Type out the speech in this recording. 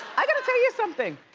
i gotta tell you something.